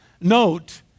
Note